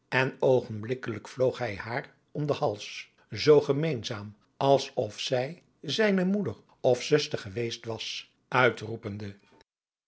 en oogenblikkelijk vloog hij haar om den hals zoo gemeenzaam als of zij zijne moeder of zuster geweest was